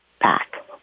back